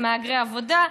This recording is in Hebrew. הם מהגרי עבודה.